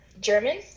German